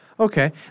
Okay